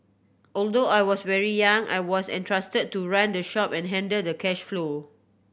although I was very young I was entrusted to run the shop and handle the cash flow